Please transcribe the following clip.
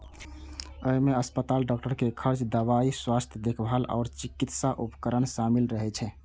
अय मे अस्पताल, डॉक्टर के खर्च, दवाइ, स्वास्थ्य देखभाल आ चिकित्सा उपकरण शामिल रहै छै